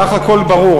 לך הכול ברור.